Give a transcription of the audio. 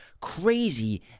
crazy